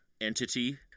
entity